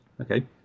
Okay